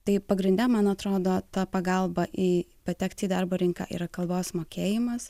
tai pagrinde man atrodo ta pagalba į patekti į darbo rinką yra kalbos mokėjimas